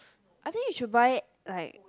I think you should buy like